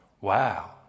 wow